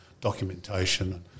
documentation